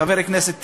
חבר הכנסת טיבי,